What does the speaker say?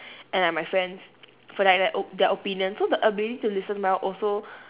and like my friends for like their op~ their opinion so the ability to listen well also